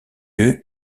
lieu